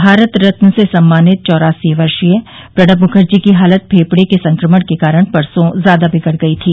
भारत रत्न से सम्मानित चौरासी वर्षीय प्रणब मुखर्जी की हालत फेफडे के संक्रमण के कारण परसों ज्यादा बिगड गई थी